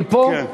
היא פה?